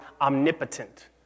omnipotent